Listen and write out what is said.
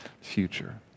future